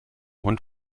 hund